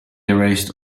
erased